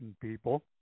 people